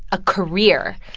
a career.